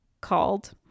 Called